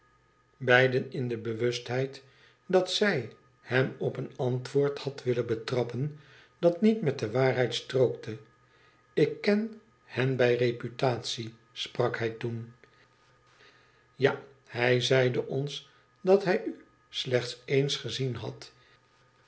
beiden in de bewustheid dat zij hem op een antwoord had willen betrappen dat niet met de waarheid strookte ik ken hen bij repiftade sprak hij toen ja hij zeide ons dat hij u slechts eens gezien had